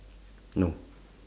no